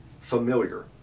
familiar